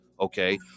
okay